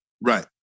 Right